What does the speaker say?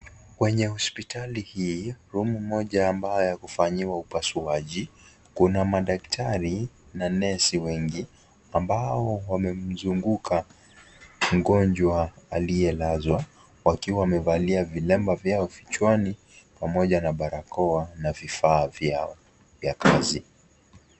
Kwenye hospitali hii, room moja ambayo ya kufanyia upasuaji kuna madaktari na nesi wengi ambao wamemzunguka mgonjwa aliyelazwa wakiwa wamevalia vilemba vyao vichwani pamoja na barakoa na vifaa vyao vya kazi.